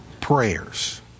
prayers